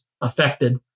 affected